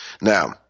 now